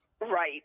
Right